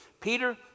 Peter